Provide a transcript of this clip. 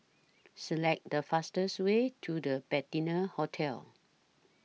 Select The fastest Way to The Patina Hotel